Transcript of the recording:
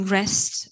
rest